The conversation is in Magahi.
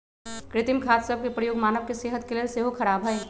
कृत्रिम खाद सभ के प्रयोग मानव के सेहत के लेल सेहो ख़राब हइ